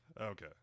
Okay